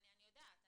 אני יודעת.